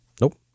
nope